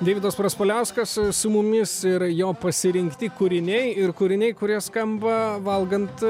deividas praspaliauskas su mumis ir jo pasirinkti kūriniai ir kūriniai kurie skamba valgant